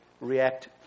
react